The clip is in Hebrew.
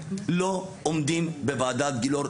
לא עומדים בוועדת גילאור.